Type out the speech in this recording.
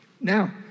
now